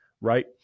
right